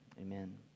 amen